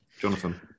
jonathan